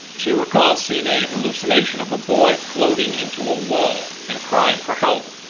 she recalls seeing a hallucination of a boy floating into a while and crying for help,